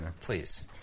please